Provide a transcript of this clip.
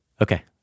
Okay